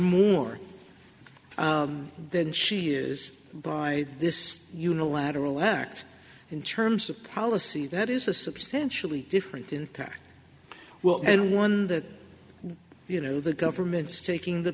more than she is by this unilateral act in terms of policy that is a substantially different impact well and one that you know the government's taking the